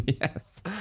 Yes